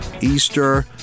Easter